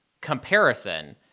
comparison